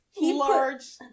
large